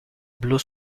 blue